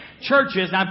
churches